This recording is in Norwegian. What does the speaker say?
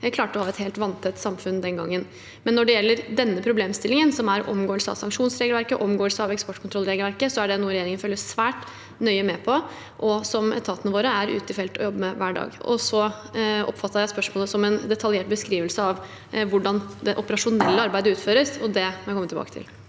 man klarte å ha et helt vanntett samfunn den gangen. Men når det gjelder denne problemstillingen, som er omgåelse av sanksjonsregelverket og omgåelse av eksportkontrollregelverket, er det noe regjeringen følger svært nøye med på, og som etatene våre er ute i felt og jobber med hver dag. Så oppfattet jeg spørsmålet som en detaljert beskrivelse av hvordan det operasjonelle arbeidet utføres, og det må jeg komme tilbake til.